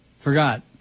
Forgot